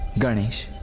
ganesh